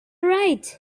right